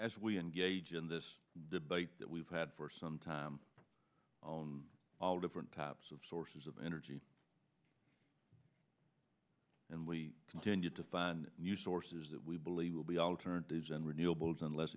as we engage in this debate that we've had for some time on all different types of sources of energy and we continue to find new sources that we believe will be alternatives and